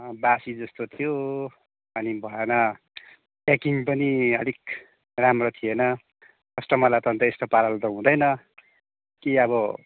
बासी जस्तो थियो अनि भएन प्याकिङ पनि अलिक राम्रो थिएन कस्टमरलाई त अन्त यस्तो पाराले त हुँदैन कि अब